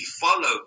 follow